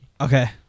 Okay